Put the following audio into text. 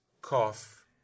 Cough